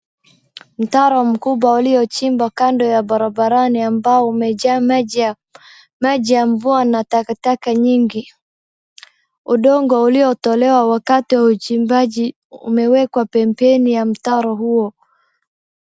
Mtaro mkubwa uliochimbwa kando ya barabarani ambao umejaa maji ya mvua na takataka nyingi. Udongo uliotolewa wakati wa uchimbaji umewekwa pembeni ya mtaro huo.